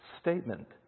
statement